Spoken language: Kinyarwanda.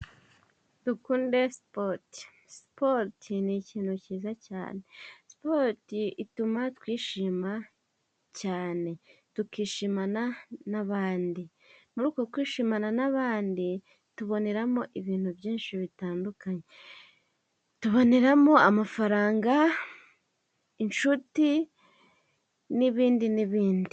Dukunde siporo: siporo ni ikintu cyiza cyane; siporo ituma twishima cyane tukishimana n' abandi muri uko kwishimana n' abandi tuboneramo ibintu byinshi bitandukanye, tuboneramo amafaranga, inshuti n' ibindi n' ibindi...